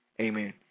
Amen